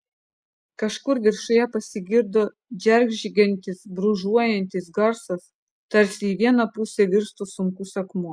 kažkur viršuje pasigirdo džeržgiantis brūžuojantis garsas tarsi į vieną pusę virstų sunkus akmuo